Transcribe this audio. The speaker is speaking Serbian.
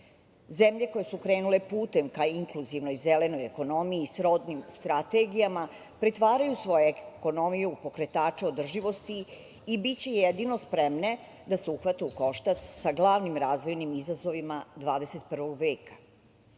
koje su krenule putem ka inkluzivnoj zelenoj ekonomiji srodnim strategijama, pretvaraju svoju ekonomiju u pokretače održivosti i biće jedino spremne da se uhvate u koštac sa glavnim razvojnim izazovima 21.